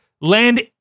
land